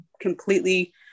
completely